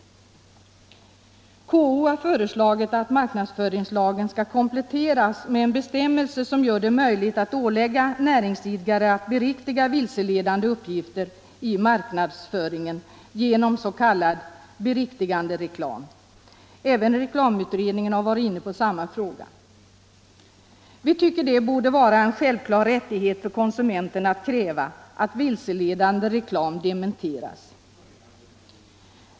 KO har föreslagit att marknadsföringslagen skall kompletteras med en bestämmelse som gör det möjligt att ålägga näringsidkare att beriktiga vilseledande uppgifter i marknadsföringen genom s.k. beriktigandereklam. Även reklamutredningen har varit inne på samma fråga. Vi tycker det borde vara en självklar rättighet för konsumenten att kräva att vilseledande reklam dementeras.